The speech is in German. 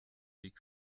weg